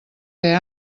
ser